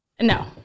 no